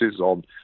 on